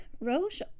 Roche